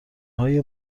های